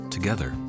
Together